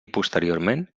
posteriorment